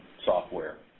software.